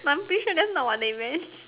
but I am pretty sure thats not what they meant